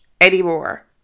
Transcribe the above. anymore